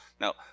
Now